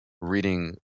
reading